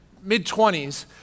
mid-20s